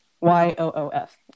Y-O-O-F